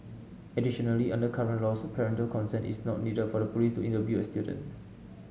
additionally under current laws parental consent is not needed for the police to interview a student